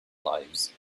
lives